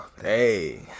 hey